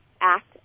act